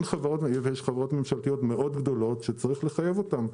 יש חברות ממשלתיות מאוד גדולות, שצריך לחייב אותן.